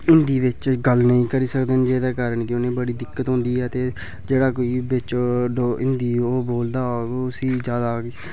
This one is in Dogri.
हिंदी बिच गल्ल नेईं करी सकदे न जेह्दे कारण कि उ'नें ई बड़ी दिक्कत होंदी ऐ ते जेह्ड़ा कोई बिच ड हिंदी ओह् बोलदा होग उसी जैदा